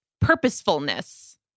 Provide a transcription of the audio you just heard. purposefulness